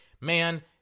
man